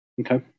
Okay